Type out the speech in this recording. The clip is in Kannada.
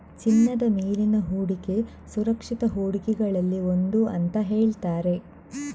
ಚಿನ್ನದ ಮೇಲಿನ ಹೂಡಿಕೆ ಸುರಕ್ಷಿತ ಹೂಡಿಕೆಗಳಲ್ಲಿ ಒಂದು ಅಂತ ಹೇಳ್ತಾರೆ